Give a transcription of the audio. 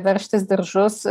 veržtis diržus